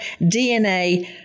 DNA